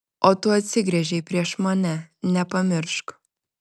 o tu atsigręžei prieš mane nepamiršk